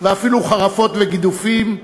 ואפילו חרפות וגידופים,